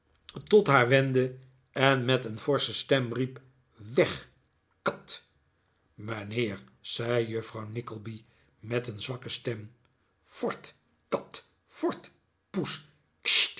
tot haar wendde en met een forsche stem riep weg kat mijnheer zei juffrouw nickleby met een zwakke stem vort kat vort poes